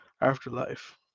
afterlife